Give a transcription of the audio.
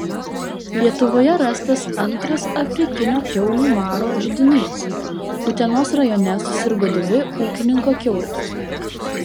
lietuvoje rastas antras afrikinio kiaulių maro židinys utenos rajone susirgo dvi ūkininko kiaulės